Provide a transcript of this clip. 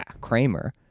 Kramer